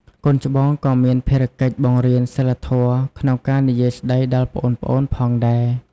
កូនច្បងក៏មានភារកិច្ចបង្រៀនសីលធម៌ក្នុងការនិយាយស្ដីដល់ប្អូនៗផងដែរ។